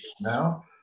now